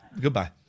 Goodbye